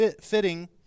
fitting